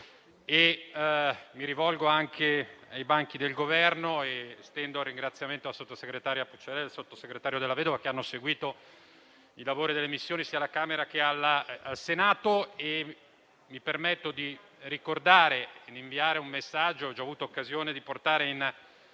mi rivolgo anche ai banchi del Governo estendendo il ringraziamento al sottosegretario Della Vedova, che hanno seguito i lavori delle Commissioni sia alla Camera che al Senato. Mi permetto di inviare un messaggio, che ho già avuto occasione di ribadire